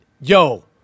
Yo